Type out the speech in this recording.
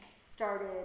started